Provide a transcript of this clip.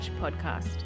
Podcast